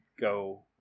go